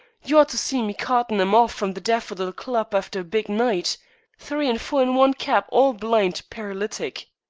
you ought to see me cartin' em off from the daffodil club after a big night three and four in one keb, all blind, paralytic.